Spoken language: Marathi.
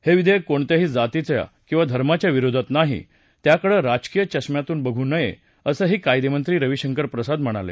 हे विधेयक कोणत्याही जातीच्या किंवा धर्माच्या विरोधात नाही त्याकडे राजकीय चष्म्यातून बघू नये असं कायदेमंत्री रवीशंकर प्रसाद म्हणाले